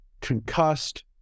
concussed